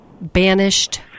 banished